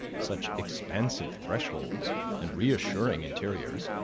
such expansive thresholds and reassuring interiors,